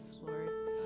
Lord